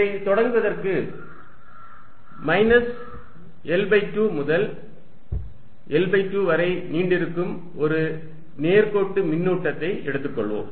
இதை தொடங்குவதற்கு minus L2 முதல் L2 வரை நீட்டிக்கும் ஒரு நேர்கோட்டு மின்னூட்டத்தை எடுத்துக்கொள்வோம்